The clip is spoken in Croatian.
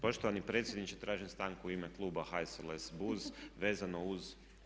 Poštovani predsjedniče tražim stanku u ime kluba HSLS BUZ vezano uz…